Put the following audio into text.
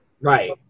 right